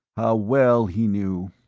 well he knew.